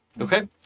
Okay